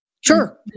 Sure